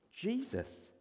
Jesus